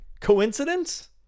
Coincidence